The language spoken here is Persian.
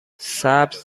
سبز